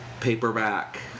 paperback